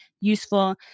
useful